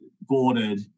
boarded